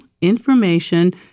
information